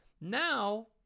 Now